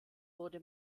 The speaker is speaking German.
wurde